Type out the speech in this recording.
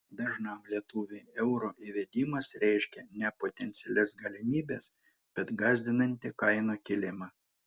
dažnam lietuviui euro įvedimas reiškia ne potencialias galimybes bet gąsdinantį kainų kilimą